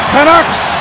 Canucks